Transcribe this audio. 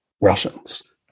Russians